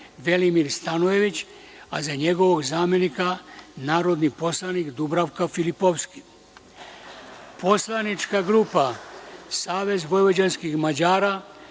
Velimir Stanojević, a za njegovog zamenika narodni poslanik Dubravka Filipovski; Poslanička grupa Savez vojvođanskih Mađara,